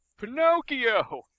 Pinocchio